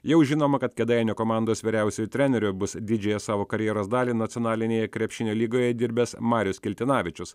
jau žinoma kad kėdainių komandos vyriausiuoju treneriu bus didžiąją savo karjeros dalį nacionalinėje krepšinio lygoje dirbęs marius kiltinavičius